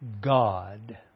God